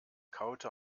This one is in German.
kaute